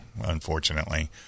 unfortunately